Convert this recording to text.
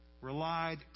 relied